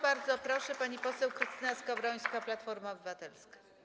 Bardzo proszę, pani poseł Krystyna Skowrońska, Platforma Obywatelska.